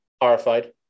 horrified